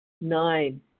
nine